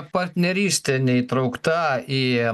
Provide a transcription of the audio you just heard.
partnerystė neįtraukta į